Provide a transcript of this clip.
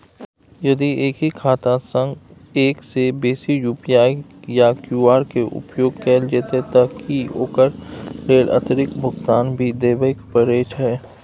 यदि एक ही खाता सं एक से बेसी यु.पी.आई या क्यू.आर के उपयोग कैल जेतै त की ओकर लेल अतिरिक्त भुगतान भी देबै परै छै?